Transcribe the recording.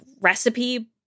recipe